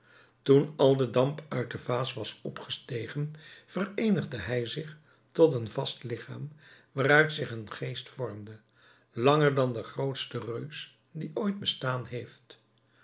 toen al de damp uit de vaas was opgestegen vereenigde hij zich tot een vast ligchaam waaruit zich een geest vormde langer dan de grootste reus die ooit bestaan heeft